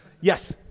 Yes